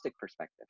perspective